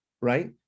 right